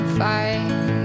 find